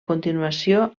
continuació